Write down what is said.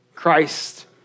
Christ